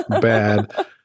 bad